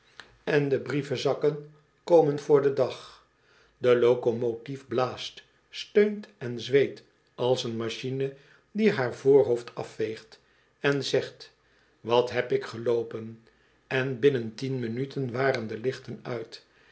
en de brie venzakken komen voor den dag de locomotief blaast steunt en zweet als een machine die haar voorhoofd afveegt en zegt wat heb ik geloopen en binnen tien minuten waren de lichten uit